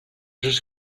just